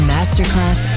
Masterclass